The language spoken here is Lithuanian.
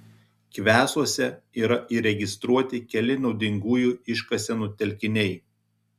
kvesuose yra įregistruoti keli naudingųjų iškasenų telkiniai